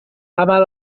عمل